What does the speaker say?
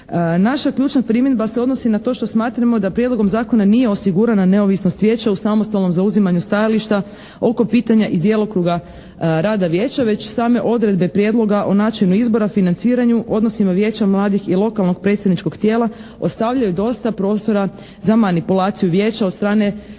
Naša ključna primjedba se odnosi na to što smatramo da Prijedlogom zakona nije osigurana neovisnost Vijeća u samostalnom zauzimanju stajališta oko pitanja iz djelokruga rada Vijeća, već same odredbe Prijedloga o načinu izbora, financiranju, odnosima Vijeća mladih i lokalnog predsjedničkog tijela, ostavljaju dosta prostora za manipulaciju Vijeća od strane